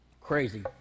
Crazy